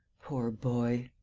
poor boy!